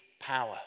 power